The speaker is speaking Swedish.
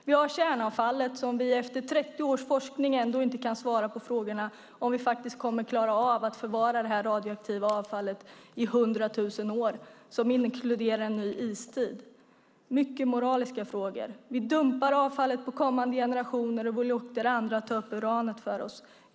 Vi har kärnavfallet, och efter 30 års forskning kan vi ändå inte svara på frågan om vi faktiskt kommer att klara av att förvara det radioaktiva avfallet i hundra tusen år, som inkluderar en ny istid. Det är mycket moraliska frågor. Vi dumpar avfallet på kommande generationer och låter andra ta upp uranet för oss.